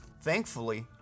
Thankfully